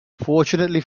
fortunately